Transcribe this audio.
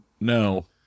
No